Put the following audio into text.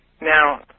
Now